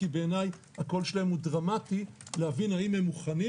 כי בעיניי הקול שלהם הוא דרמטי להבין האם מוכנים.